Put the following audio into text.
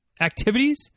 activities